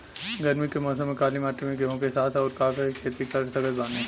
गरमी के मौसम में काली माटी में गेहूँ के साथ और का के खेती कर सकत बानी?